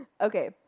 Okay